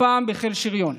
והפעם בחיל השריון.